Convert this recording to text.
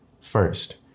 first